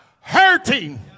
hurting